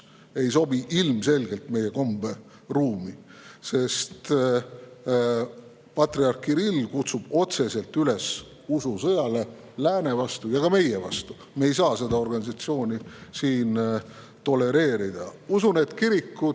ei sobi ilmselgelt meie komberuumi. Patriarh Kirill kutsub otseselt üles ususõjale lääne vastu ja ka meie vastu. Me ei saa seda organisatsiooni siin tolereerida. Usun, et kirikute